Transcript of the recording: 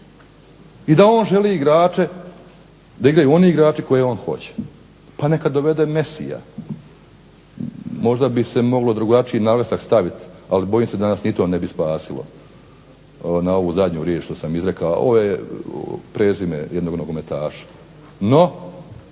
i da on želi igrače da igraju oni igrači koje on hoće. Pa neka dovede Messia. Možda bi se mogao drugačiji naglasak staviti ali bojim se da nas ni to ne bi spasilo na ovu zadnju riječ što sam izrekao. Ovo je prezime jednog nogometaša. No,